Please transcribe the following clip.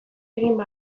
egin